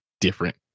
different